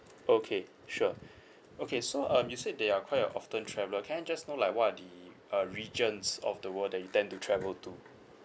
okay sure okay so um you said that you are quite a often traveller can I just know like what are the uh regions of the world that you tend to travel to